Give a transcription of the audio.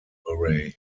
murray